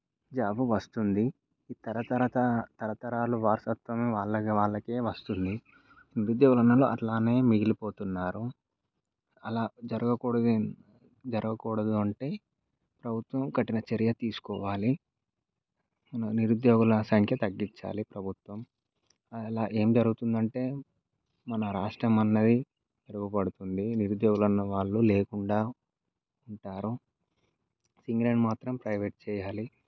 job వస్తుంది ఈ తరతరత తరతరాలు వారసత్వం వాళ్ళగ్ వాళ్ళకే వస్తుంది నిరుద్యోగులన్నోళ్ళు అట్లానే మిగిలిపోతున్నారు అలా జరగకూడదు అం జరగకూడదు అంటే ప్రభుత్వం కఠిన చర్య తీసుకోవాలి ను నిరుద్యోగుల సంఖ్య తగ్గించాలి ప్రభుత్వం అలా ఏం జరుగుతుందంటే అంటే మన రాష్ట్రమన్నది మెరుగుపడుతుంది నిరుద్యోగులన్నవాళ్ళు లేకుండా ఉంటారు సింగరేణి మాత్రం ప్రైవేట్ చేయాలి